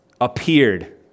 appeared